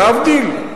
להבדיל?